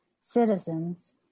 citizens